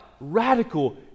radical